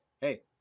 Hey